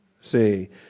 See